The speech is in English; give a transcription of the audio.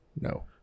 No